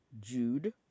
Jude